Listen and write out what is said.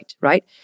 right